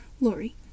Lori